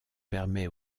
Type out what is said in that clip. permet